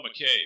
McCabe